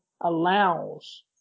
allows